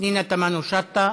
פנינה תמנו-שטה,